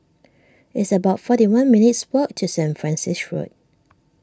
it's about forty one minutes' walk to Saint Francis Road